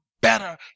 better